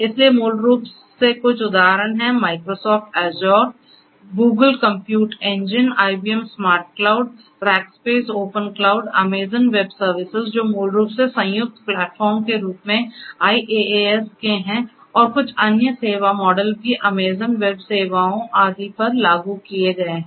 इसलिए मूल रूप से कुछ उदाहरण हैं Microsoft Azure Google Compute Engine IBM SmartCloud Rackspace Open Cloud Amazon Web Services जो मूल रूप से संयुक्त प्लेटफॉर्म के रूप में IaaS के हैं और कुछ अन्य अन्य सेवा मॉडल भी Amazon वेब सेवाओं आदि पर लागू किए गए हैं